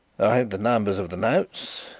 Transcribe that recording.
i have the numbers of the notes,